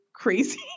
crazy